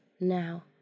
now